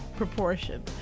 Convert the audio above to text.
Proportion